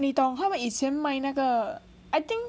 你懂他们以前卖那个 I think